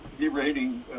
derating